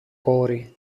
κόρη